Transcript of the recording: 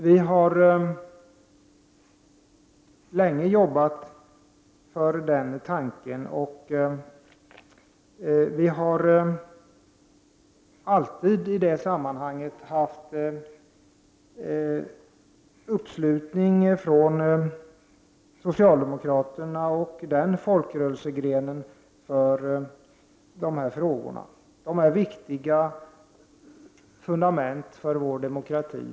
Vi har arbetat länge för detta. Vi har alltid i det sammanhanget fått uppslutning från socialdemokraterna och deras folkrörelsegrenar i dessa frågor. Det är viktiga fundament för vår demokrati.